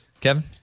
Kevin